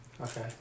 Okay